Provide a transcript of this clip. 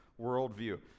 worldview